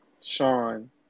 Sean